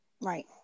right